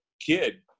kid